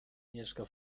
mieszka